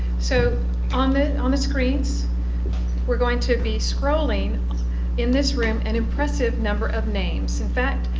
so on the on the screens we're going to be scrolling in this room an impressive number of names. in fact,